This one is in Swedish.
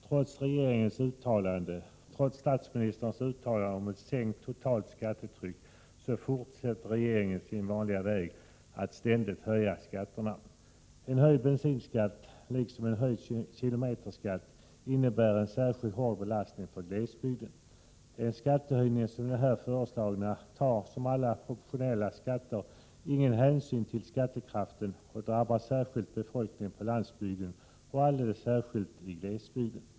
Trots regeringens och statsministerns uttalanden om ett sänkt totalt skattetryck fortsätter regeringen sin vanliga väg att ständigt höja skatterna. En höjd bensinskatt liksom en höjd kilometerskatt innebär en särskilt hård belastning för glesbygden. En skattehöjning som den föreslagna tar — som alla proportionella skatter — ingen hänsyn till skattekraften och drabbar därför befolkningen på landsbygden, alldeles speciellt befolkningen i glesbygden.